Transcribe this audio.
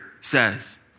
says